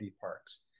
parks